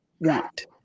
want